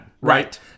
Right